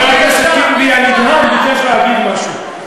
חבר הכנסת טיבי הנדהם ביקש להגיד משהו.